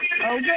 Okay